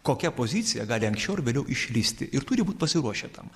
kokia pozicija gali anksčiau ar vėliau išlįsti ir turi būt pasiruošę tam